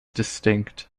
distinct